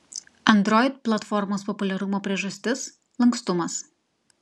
android platformos populiarumo priežastis lankstumas